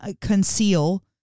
conceal